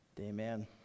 Amen